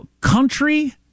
country